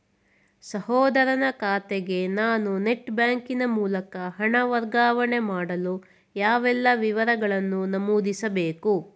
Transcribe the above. ಸಹೋದರನ ಖಾತೆಗೆ ನಾನು ನೆಟ್ ಬ್ಯಾಂಕಿನ ಮೂಲಕ ಹಣ ವರ್ಗಾವಣೆ ಮಾಡಲು ಯಾವೆಲ್ಲ ವಿವರಗಳನ್ನು ನಮೂದಿಸಬೇಕು?